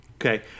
Okay